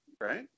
right